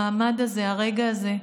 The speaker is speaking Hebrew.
המעמד הזה, הרגע הזה?